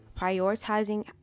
prioritizing